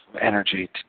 energy